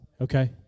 Okay